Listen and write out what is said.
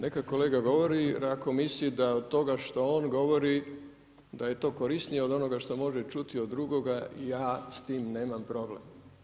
Neka kolega govori, jer ako misli da od toga što on govori da je to korisnije od onoga što može čuti od drugoga ja s tim nemam problem.